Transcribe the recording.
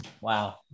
Wow